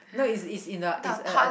no is is in a is a a